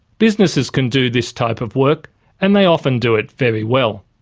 businesses can do this type of work and they often do it very well.